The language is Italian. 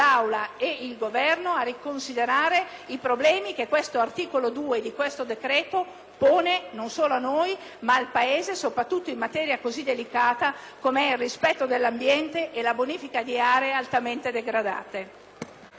pone non solo a noi, ma al Paese, soprattutto in una materia così delicata come il rispetto dell'ambiente e la bonifica di aree altamente degradate.